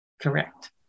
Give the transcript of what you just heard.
Correct